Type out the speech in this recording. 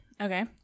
Okay